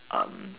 um